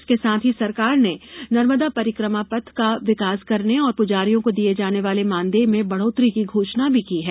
इसके साथ ही सरकार ने नर्मदा परिक्रमा पथ का विकास करने और पुजारियों को दिये जाने वाले मानदेय में बढोत्तरी की घोषणा भी की है